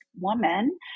woman